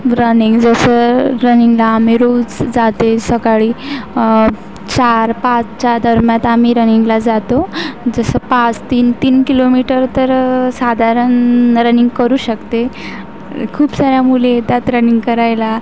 running जसं रनिंगला मी रोज जाते सकाळी चार पाचच्या दरम्यान आम्ही रनिंगला जातो जसं पाच तीन तीन किलोमीटर तर साधारण रनिंग करू शकते खूप साऱ्या मुली येतात रनिंग करायला